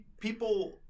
people